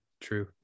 True